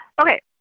Okay